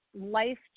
life